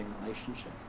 relationship